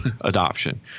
adoption